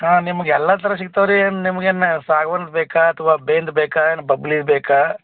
ಹಾಂ ನಿಮ್ಗೆ ಎಲ್ಲ ಥರದ್ ಸಿಗ್ತವೆ ರೀ ನಿಮ್ಗೆನ ಸಾಗ್ವಾನಿ ಬೇಕಾ ಅಥ್ವ ಬೆಂದ ಬೇಕಾ ಏನು ಬಬ್ಲಿವ್ ಬೇಕಾ